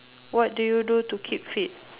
what do you do to keep fit